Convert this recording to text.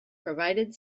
provided